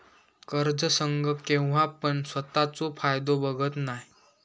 कर्ज संघ केव्हापण स्वतःचो फायदो बघत नाय